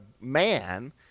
man